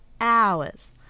hours